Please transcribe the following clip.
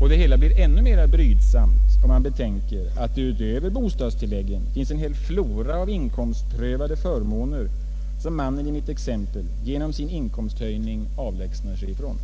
Och det hela blir ännu mera brydsamt, om man betänker att det utöver bostadstilläggen finns en hel flora av inkomstprövade förmåner som mannen i mitt exempel genom sin inkomsthöjning avlägsnar sig ifrån.